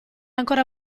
ancora